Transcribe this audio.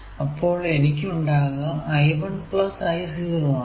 അപ്പോൾ എനിക്കുണ്ടാകുക I1 I0 ആണ്